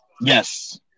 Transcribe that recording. Yes